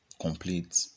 complete